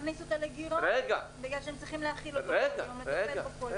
זה מכניס אותן לגירעון כי הם צריכות לטפל בכלבים.